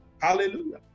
Hallelujah